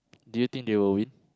do you think they will win